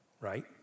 right